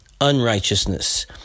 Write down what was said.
unrighteousness